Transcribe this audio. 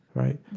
right,